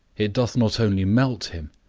it doth not only melt him,